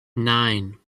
nine